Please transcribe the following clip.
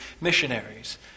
missionaries